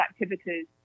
activities